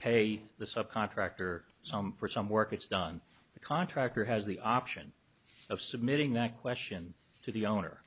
pay the sub contractor some for some work it's done the contractor has the option of submitting that question to the owner